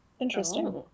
interesting